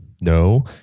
no